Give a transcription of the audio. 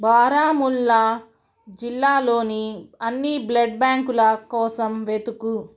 బారాముల్లా జిల్లాలోని అన్నీ బ్లడ్ బ్యాంకుల కోసం వెతుకు